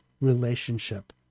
relationship